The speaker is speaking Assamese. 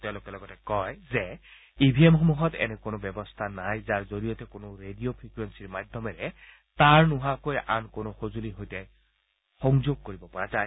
তেওঁলোকে লগতে কয় যে ই ভি এমসমূহত এনে কোনো ব্যৱস্থা নাই যাৰ জৰিয়তে কোনো ৰেডিঅ' ফ্ৰিকুৱেন্সিৰ মাধ্যমেৰে তাঁৰ নোহোৱাকৈ আন কোনো সঁজুলিৰ সৈতে যোগাযোগ কৰিব পৰিব পৰা যায়